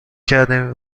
کردیم